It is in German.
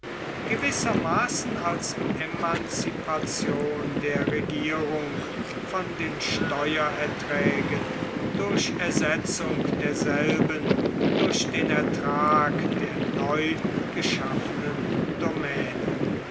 gewissermaßen als emanzipation der regierung von den steuererträgen durch ersetzung derselben durch den ertrag der neu geschaffenen domänen